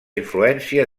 influència